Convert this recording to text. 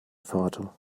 vater